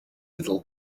little